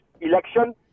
election